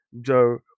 Joe